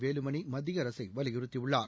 வேலுமணி மத்திய அரசை வலியுறுத்தியுள்ளார்